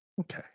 Okay